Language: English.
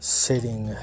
sitting